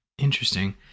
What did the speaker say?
interesting